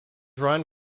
run